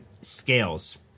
scales